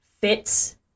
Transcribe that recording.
fits